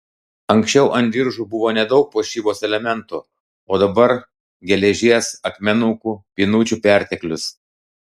anksčiau ant diržų buvo nedaug puošybos elementų o dabar geležies akmenukų pynučių perteklius